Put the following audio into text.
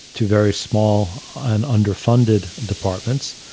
to very small and underfunded departments.